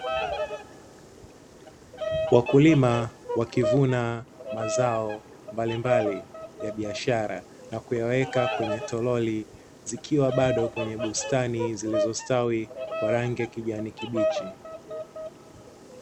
Wakulima wakivuna mazao mbalimbali ya biashara na kuyaweka kwenye toroli, zikiwa bado kwenye bustani zilizostawi kwa rangi ya kijani kibichi.